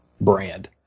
brand